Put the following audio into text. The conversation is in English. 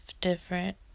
different